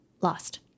lost